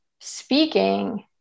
speaking